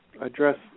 address